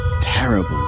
terrible